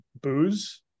booze